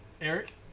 Eric